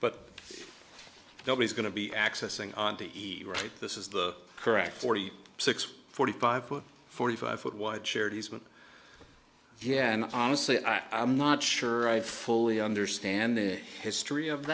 but nobody's going to be accessing the right this is the correct forty six forty five forty five foot wide charities but yeah and honestly i'm not sure i fully understand the history of